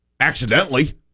Accidentally